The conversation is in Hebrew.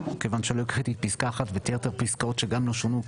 מכיוון שלא הקראתי את פסקה (1) ואת יתר הפסקאות שגם לא שונו,